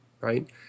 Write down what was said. right